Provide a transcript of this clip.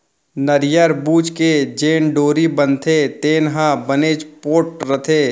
नरियर बूच के जेन डोरी बनथे तेन ह बनेच पोठ रथे